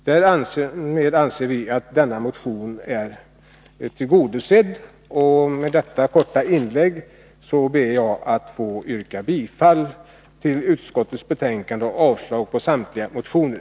Därmed anser vi att motionens yrkande är tillgodosett. Med detta korta inlägg ber jag att få yrka bifall till utskottets hemställan och avslag på samtliga reservationer.